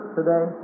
today